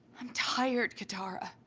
i'm tired, katara.